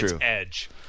Edge